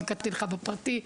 גם כתבתי לך בפרטי,